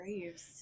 Graves